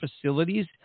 facilities